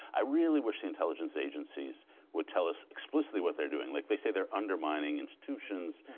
i really wish the intelligence agencies would tell us explicitly what they're doing. like, they say they're undermining institutions,